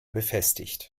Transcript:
befestigt